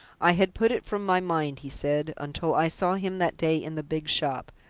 i had put it from my mind, he said, until i saw him that day in the big shop.